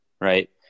right